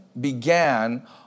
began